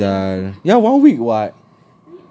meets rizal ya one week what